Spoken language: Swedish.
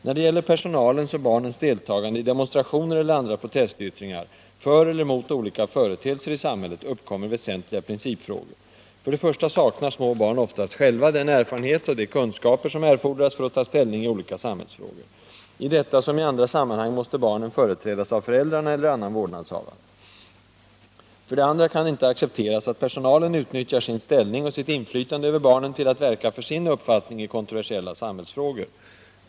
När det gäller personalens och barnens deltagande i demonstrationer eller andra protestyttringar för eller emot olika företeelser i samhället uppkommer väsentliga principfrågor. För det första saknar små barn oftast själva den erfarenhet och de kunskaper som erfordras för att ta ställning i olika samhällsfrågor. I detta som i andra sammanhang måste barnen företrädas av föräldrarna eller annan vårdnadshavare. För det andra kan det inte accepteras att personalen utnyttjar sin ställning och sitt inflytande över barnen till att verka för sin uppfattning i kontroversiella samhällsfrågor.